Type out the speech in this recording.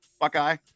Buckeye